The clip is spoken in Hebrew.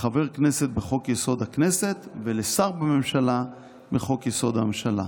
לחבר כנסת בחוק-יסוד: הכנסת ולשר בממשלה בחוק-יסוד: הממשלה,